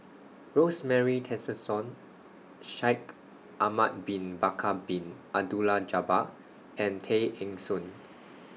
Rosemary Tessensohn Shaikh Ahmad Bin Bakar Bin Abdullah Jabbar and Tay Eng Soon